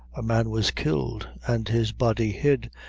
a man was killed and his body hid,